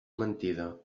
mentida